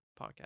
podcast